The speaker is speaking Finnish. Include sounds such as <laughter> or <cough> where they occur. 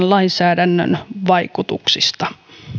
<unintelligible> lainsäädännön vaikutuksista